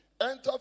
enter